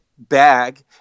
Bag